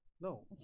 No